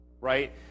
right